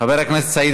חבר הכנסת סעיד